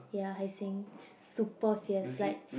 ya he's saying super fierce like